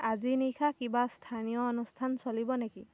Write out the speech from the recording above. আজি নিশা কিবা স্থানীয় অনুষ্ঠান চলিব নেকি